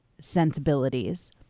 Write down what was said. sensibilities